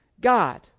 God